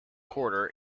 quarter